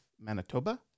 manitoba